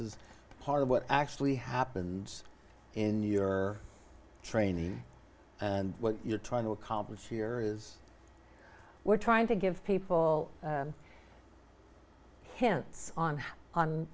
is part of what actually happens in your training and what you're trying to accomplish here is we're trying to give people hints on